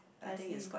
I see